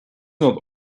not